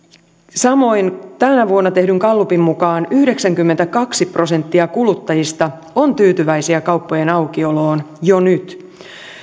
samoin tänä vuonna tehdyn gallupin mukaan yhdeksänkymmentäkaksi prosenttia kuluttajista on tyytyväisiä kauppojen aukioloon jo nyt